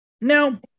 Now